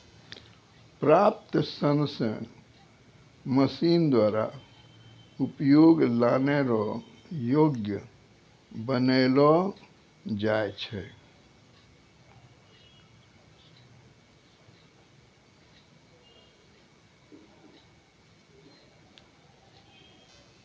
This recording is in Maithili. प्राप्त सन से मशीन द्वारा उपयोग लानै रो योग्य बनालो जाय छै